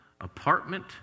apartment